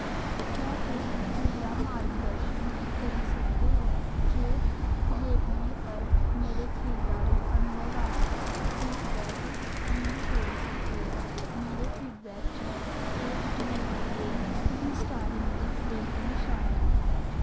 क्या तुस मेरा मार्गदर्शन करी सकदे ओ जे यैपमे पर मेरे खरीदारी अनुभव आस्तै फीडबैक कि'यां छोड़ी सकदे ओ मेरे फीडबैक च तेज डलीवरी ते तिन्न स्टारें दी रेटिंग शामिल ऐ